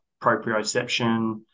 proprioception